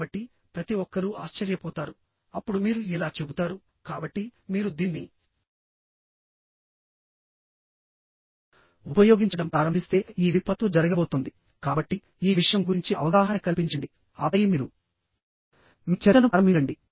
కాబట్టి ప్రతి ఒక్కరూ ఆశ్చర్యపోతారు అప్పుడు మీరు ఇలా చెబుతారు కాబట్టి మీరు దీన్ని ఉపయోగించడం ప్రారంభిస్తే ఈ విపత్తు జరగబోతోంది కాబట్టి ఈ విషయం గురించి అవగాహన కల్పించండి ఆపై మీరు మీ చర్చను ప్రారంభించండి